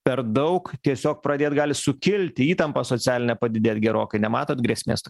per daug tiesiog pradėt gali sukilti įtampa socialinė padidėt gerokai nematot grėsmės